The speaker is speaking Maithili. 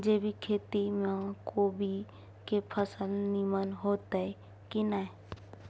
जैविक खेती म कोबी के फसल नीमन होतय की नय?